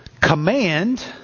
command